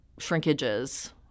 shrinkages